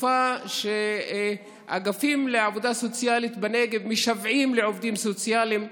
בתקופה שאגפים לעבודה סוציאלית בנגב משוועים לעובדים סוציאליים,